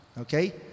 Okay